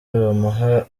bamuha